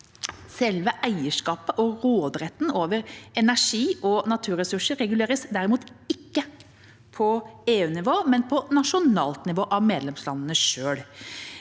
Selve eierskapet og råderetten over energi- og naturressurser reguleres derimot ikke på EU-nivå, men på nasjonalt nivå av medlemslandene selv.